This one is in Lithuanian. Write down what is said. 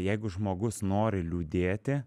jeigu žmogus nori liūdėti